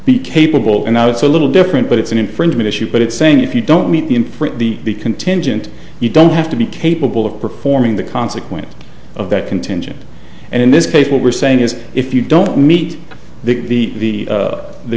be capable and now it's a little different but it's an infringement issue but it's saying if you don't meet the imprint the be contingent you don't have to be capable of performing the consequences of that contingent and in this case what we're saying is if you don't meet the the